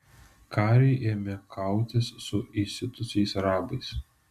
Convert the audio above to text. kariui ėmė kautis su įsiutusiais arabais